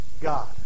God